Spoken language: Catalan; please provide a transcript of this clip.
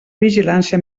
vigilància